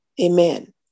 Amen